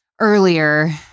earlier